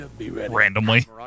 Randomly